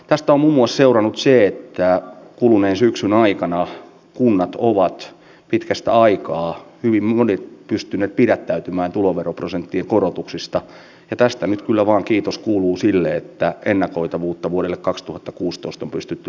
kostamus seurannut se että kuluneen syksyn aikana notkuvat sen sijaan keskityn kahteen budjettialoitteeseen jotka liikkuvat okmn ja tästä nyt olevan kiitos kuuluu sille että ennakoitavuutta vuodelle temin rajapinnassa